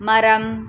மரம்